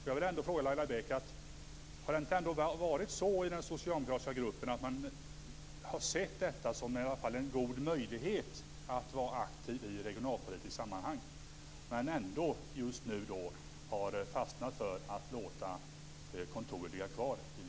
Har det inte varit så i den socialdemokratiska gruppen att man har sett detta som en god möjlighet att vara aktiv i regionalpolitiska sammanhang, men att man ändå just nu har fastnat för att låta kontoret ligga kvar i Luleå?